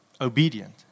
obedient